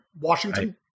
Washington